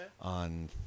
on